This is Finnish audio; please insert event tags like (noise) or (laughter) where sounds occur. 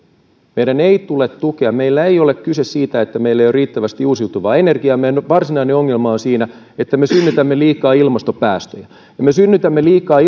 meidän ei tule tukea meillä ei ole kyse siitä että meillä ei ole riittävästi uusiutuvaa energiaa meidän varsinainen ongelmamme on siinä että me synnytämme liikaa ilmastopäästöjä me synnytämme liikaa (unintelligible)